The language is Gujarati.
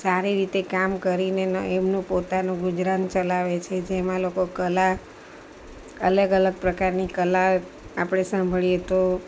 સારી રીતે કામ કરીને એમનું પોતાનું ગુજરાન ચલાવે છે જેમાં લોકો કલા અલગ અલગ પ્રકારની કલા આપણે સાંભળીએ તો